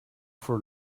for